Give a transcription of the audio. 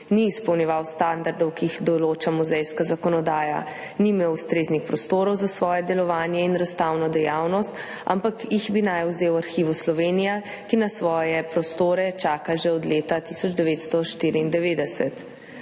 Ni izpolnjeval standardov, ki jih določa muzejska zakonodaja. Ni imel ustreznih prostorov za svoje delovanje in razstavno dejavnost, ampak naj bi jih vzel v Arhivu Slovenije, ki na svoje prostore čaka že od leta 1994.